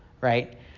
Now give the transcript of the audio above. right